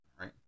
Right